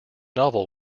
novel